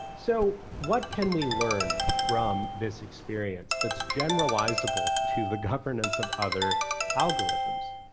so what can we learn from this experience that's generalizable to the governance of other algorithms?